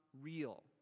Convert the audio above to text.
real